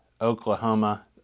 Oklahoma